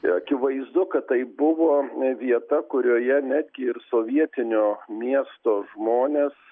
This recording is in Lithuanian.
akivaizdu kad tai buvo vieta kurioje netgi ir sovietinio miesto žmonės